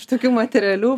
iš tokių materialių